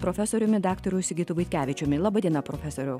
profesoriumi daktaru sigitu vaitkevičiumi laba diena profesoriau